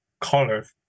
color